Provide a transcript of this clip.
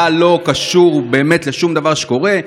אתה לא קשור באמת לשום דבר שקורה.